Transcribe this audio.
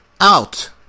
out